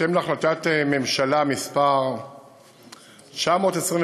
בהתאם להחלטת הממשלה מס' 922,